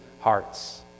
hearts